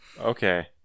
Okay